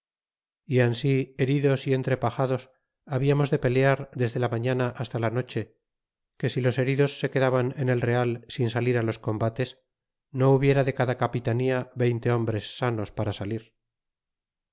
y ansi heridos y entrepajados hablamos de pelear desde la mañana hasta la noche que si los heridos se quedaran en el real sin salir los combates no hubiera de cada capitanía veinte hombres sanos para salir